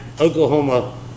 Oklahoma